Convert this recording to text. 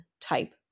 type